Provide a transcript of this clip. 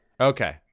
Okay